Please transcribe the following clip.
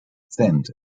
sent